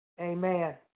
Amen